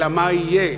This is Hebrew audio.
אלא מה יהיה,